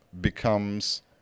becomes